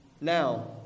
Now